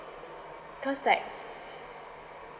cause like